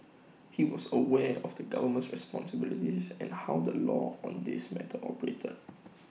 he was aware of the government's responsibilities and how the law on this matter operated